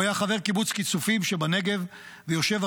הוא היה חבר קיבוץ כיסופים שבנגב והיושב-ראש